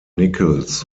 nichols